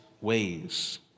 ways